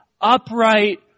upright